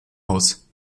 aus